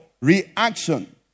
Reaction